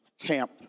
Camp